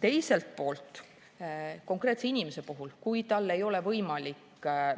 Teiselt poolt, konkreetse inimese puhul, kui tal ei ole võimalik